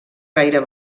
gaire